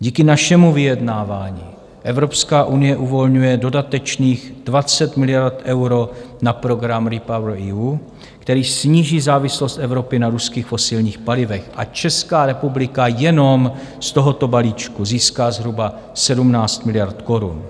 Díky našemu vyjednávání Evropská unie uvolňuje dodatečných 20 miliard eur na program REPowerEU, který sníží závislost Evropy na ruských fosilních palivech, a Česká republika jenom z tohoto balíčku získá zhruba 17 miliard korun.